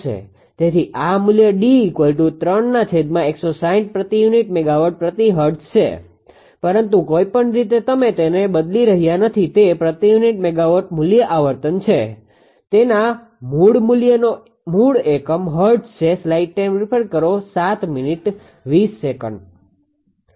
તેથી આ મૂલ્ય D પ્રતિ યુનિટ મેગાવોટ પ્રતિ હર્ટઝ છે પરંતુ કોઈપણ રીતે તમે તેને બદલી રહ્યા નથી તે પ્રતિ યુનિટ મૂલ્ય આવર્તન છે તેના મૂળ મૂલ્યનો મૂળ એકમ હર્ટ્ઝ છે